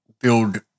build